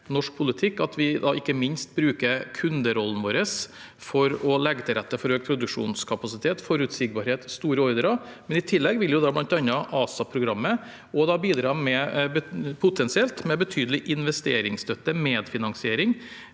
at vi ikke minst bruker kunderollen vår for å legge til rette for økt produksjonskapasitet, forutsigbarhet, store ordrer. I tillegg vil bl.a. ASAP-programmet potensielt bidra med betydelig investeringsstøtte, medfinansiering.